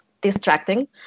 distracting